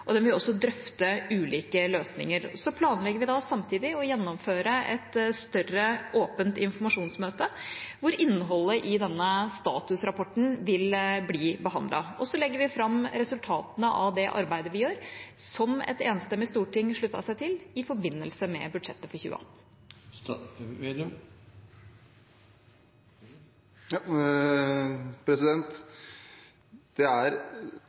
og den vil også drøfte ulike løsninger. Vi planlegger samtidig å gjennomføre et større åpent informasjonsmøte hvor innholdet i denne statusrapporten vil bli behandlet. Så legger vi fram resultatene av det arbeidet vi gjør som et enstemmig storting sluttet seg til i forbindelse med budsjettet for 2018. Det helt avgjørende viktige for et land, en grunnleggende premiss for et land, er